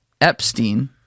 Epstein